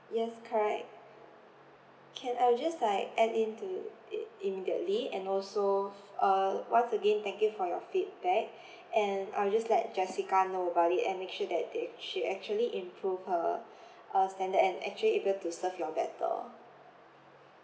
yes correct can I will just like add into it immediately and also uh once again thank you for your feedback and I'll just let jessica know about it and make sure that they she actually improve her uh standard and actually able to serve you all better